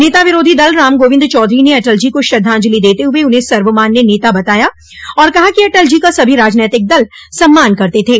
नेता विरोधी दल राम गोविन्द चौधरी ने अटल जी को श्रद्वाजंलि देते हुए उन्हें सर्वमान्य नता बताया और कहा कि अटल जी का सभी राजनैतिक दल सम्मान करते थे